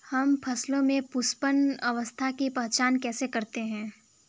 हम फसलों में पुष्पन अवस्था की पहचान कैसे करते हैं?